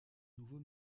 nouveau